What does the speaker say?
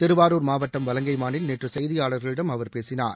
திருவாரூர் மாவட்டம் வலங்கைமானில் நேற்று செய்தியாளர்களிடம் அவர் பேசினார்